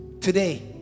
Today